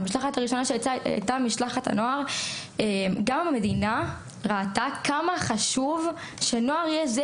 גם המדינה ראתה כמה חשוב שנוער יהיה זה